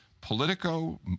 Politico